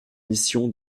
mission